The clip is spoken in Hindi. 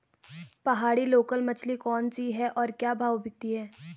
पहाड़ी लोकल मछली कौन सी है और क्या भाव बिकती है?